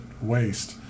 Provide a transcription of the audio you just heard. waste